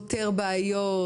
פותר בעיות,